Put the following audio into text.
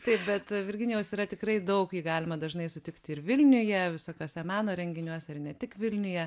taip bet virginijaus yra tikrai daug jį galima dažnai sutikti ir vilniuje visokiuose meno renginiuose ir ne tik vilniuje